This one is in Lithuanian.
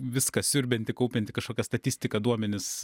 viską siurbianti kaupianti kažkokią statistiką duomenis